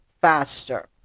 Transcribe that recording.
faster